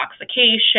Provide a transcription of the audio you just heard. intoxication